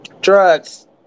Drugs